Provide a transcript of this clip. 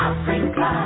Africa